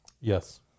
Yes